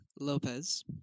Lopez